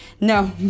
No